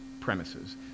premises